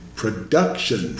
production